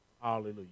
Hallelujah